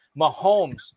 Mahomes